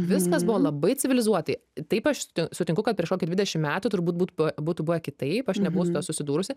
viskas buvo labai civilizuotai taip aš sutinku kad prieš kokį dvidešimt metų turbūt būtų buvę kitaip aš nebuvau su tuo susidūrusi